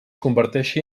converteixi